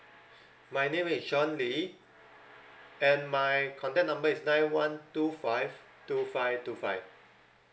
my name is john lee and my contact number is nine one two five two five two five